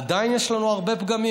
עדיין יש לנו הרבה פגמים.